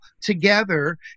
together